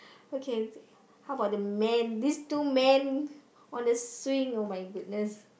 okay how about the man these two man on a swing oh my goodness